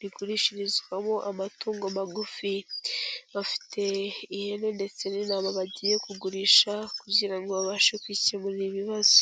rigurishirizwamo amatungo magufi. Bafite ihene ndetse n'intama bagiye kugurisha kugira ngo babashe kwikemurira ibibazo.